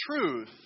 truth